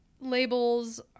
labels